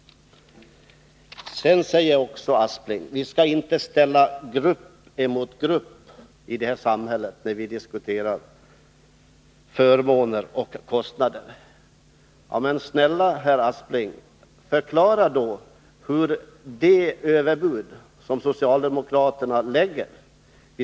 Sedan säger Sven Aspling också att vi inte skall ställa grupp emot grupp i samhället när vi diskuterar förmåner och kostnader. Ja, men snälla herr Aspling, förklara då de överbud som socialdemokraterna lägger fram!